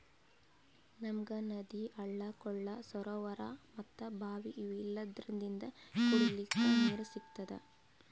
ನಮ್ಗ್ ನದಿ ಹಳ್ಳ ಕೊಳ್ಳ ಸರೋವರಾ ಮತ್ತ್ ಭಾವಿ ಇವೆಲ್ಲದ್ರಿಂದ್ ಕುಡಿಲಿಕ್ಕ್ ನೀರ್ ಸಿಗ್ತದ